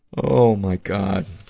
oh my god!